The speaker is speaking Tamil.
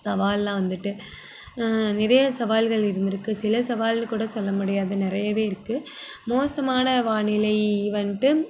சவால்லாம் வந்துவிட்டு நிறைய சவால்கள் இருந்திருக்கு சில சவாலுன்னு கூட சொல்ல முடியாது நிறையவே இருக்குது மோசமான வானிலை வந்துட்டு